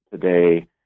today